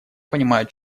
понимают